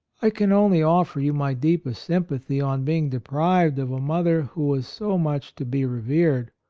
i can only offer you my deepest sympathy on being deprived of a mother who was so much to be revered,